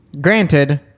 Granted